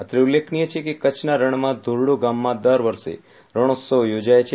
અત્રે એ ઉલ્લેખનીય છે કે કચ્છના રણમાં ધોરડો ગામમાં દર વર્ષે રણ ઉત્સવ યોજાય છે